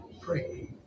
pray